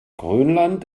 grönland